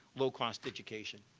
low cost education.